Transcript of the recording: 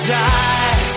die